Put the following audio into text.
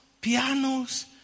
pianos